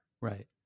Right